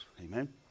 Amen